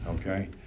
okay